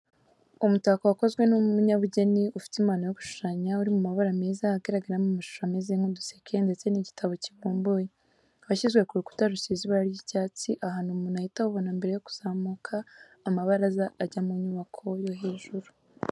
Umutako wakozwe n'umunyabugeni ufite impano yo gushushanya, uri mu mabara meza hagaragaramo amashusho ameze nk'uduseke ndetse n'igitabo kibumbuye, washyizwe ku rukuta rusize ibara ry'icyatsi ahantu umuntu ahita awubona mbere yo kuzamuka amabaraza ajya mu nyubako yo hejuru.